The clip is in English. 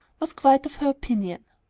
was quite of her opinion.